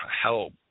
help